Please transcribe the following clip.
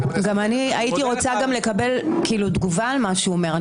הייתי רוצה לקבל תגובה על מה שהוא אומר.